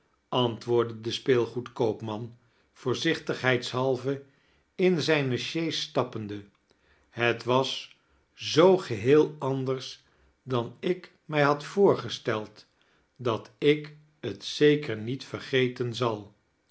antwoordde de speelgoedkoopman voorzichtigheidshalve in zijrue sjees stappende het was zoo geheel anders dan ik mij had voorgesteld dat ik t zeker niet vergeten zal